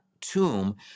tomb